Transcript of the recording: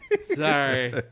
Sorry